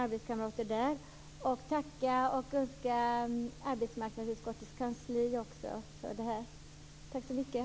Jag vill också tacka arbetsmarknadsutskottets kansli. Tack så mycket.